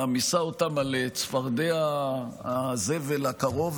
מעמיסה אותם על צפרדע הזבל הקרוב,